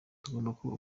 kubaka